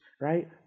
right